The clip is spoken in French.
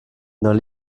dans